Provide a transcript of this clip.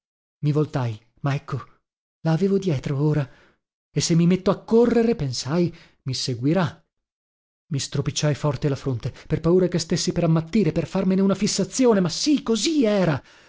i voltai ma ecco la avevo dietro ora e se mi metto a correre pensai mi seguirà i stropicciai forte la fronte per paura che stessi per ammattire per farmene una fissazione ma sì così era